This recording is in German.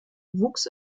wuchs